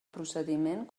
procediment